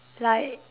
like